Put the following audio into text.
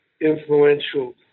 influential